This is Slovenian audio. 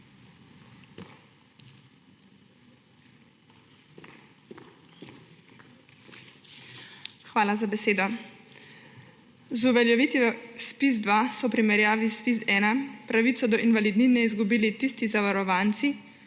Hvala za besedo. Z uveljavitvijo ZPIZ-2 so v primerjavi z ZPIZ-1 pravico do invalidnine izgubili tisti zavarovanci,